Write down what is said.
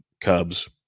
Cubs